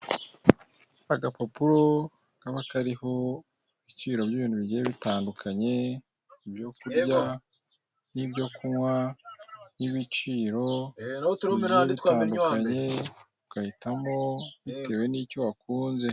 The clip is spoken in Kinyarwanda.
Agapapuro kaba kariho ibiciro by'ibintu bigiye bitandukanye, ibyo kurya, n'ibyo kunywa, n'ibiciro bigiye bitandukanye, ugahitamo bitewe n'icyo wakunze.